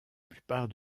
plupart